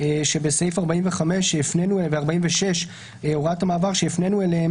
שבסעיף 45 ועם הוראת המעבר בסעיף 46 שהפנינו אליהן